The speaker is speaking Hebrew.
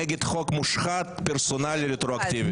נגד חוק מושחת, פרסונלי, רטרואקטיבי.